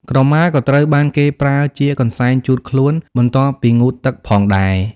ក្រមាក៏ត្រូវបានគេប្រើជា កន្សែងជូតខ្លួន បន្ទាប់ពីងូតទឹកផងដែរ។